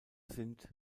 sind